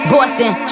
Boston